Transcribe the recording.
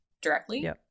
directly